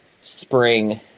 spring